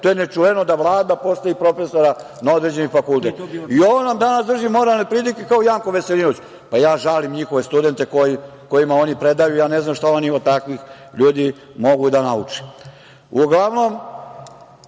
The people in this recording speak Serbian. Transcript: to je nečuveno da Vlada postavi profesora na određeni fakultet. I ona nam danas drži moralne pridike kao Janko Veselinović. Pa ja žalim njihove studente kojima oni predaju, ja ne znam šta oni od takvih ljudi mogu da nauče. Uglavnom,